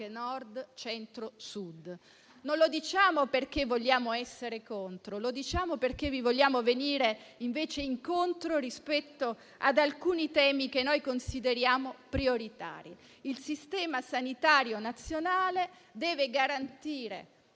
Nord, Centro e Sud. Non lo diciamo perché vogliamo essere contro, ma perché vogliamo venirvi incontro rispetto ad alcuni temi che consideriamo prioritari. Il Sistema sanitario nazionale deve garantire